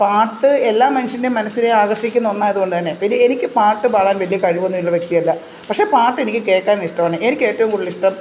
പാട്ട് എല്ലാ മനുഷ്യൻ്റെയും മനസ്സിനെ ആകർഷിക്കുന്ന ഒന്നായതുകൊണ്ട് തന്നെ പിന്നെ എനിക്ക് പാട്ട് പാടാൻ വലിയ കഴിവൊന്നും ഉള്ള വ്യക്തിയല്ല പക്ഷേ പാട്ട് എനിക്ക് കേൾക്കാൻ ഇഷ്ടമാണ് എനിക്ക് ഏറ്റവും കൂടുതൽ ഇഷ്ടം